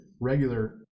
regular